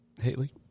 Haley